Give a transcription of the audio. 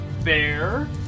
bear